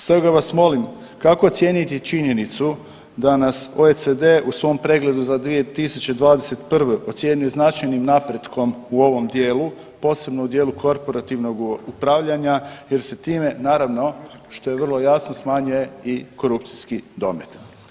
Stoga vas molim, kako ocijeniti činjenicu da nas OECD u svom pregledu za 2021. ocijenio značajnim napretkom u ovom dijelu, posebno u dijelu korporativnog upravljanja jer se time naravno što je vrlo jasno smanjuje i korupcijski domet?